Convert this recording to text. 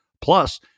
plus